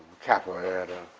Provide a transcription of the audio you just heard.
capoeira,